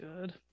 good